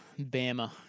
Bama